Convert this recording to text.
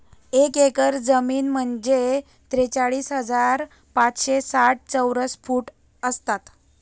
एक एकर जमीन म्हणजे त्रेचाळीस हजार पाचशे साठ चौरस फूट असतात